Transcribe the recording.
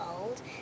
old